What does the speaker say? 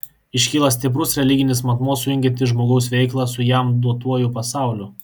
iškyla stiprus religinis matmuo sujungiantis žmogaus veiklą su jam duotuoju pasauliu